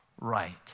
right